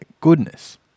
goodness